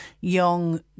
young